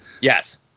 Yes